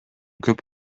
көп